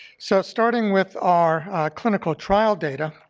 so starting with our clinical trial data,